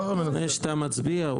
לפני שאתה מצביע,